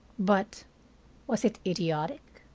but was it idiotic?